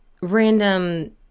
random